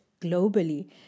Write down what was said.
globally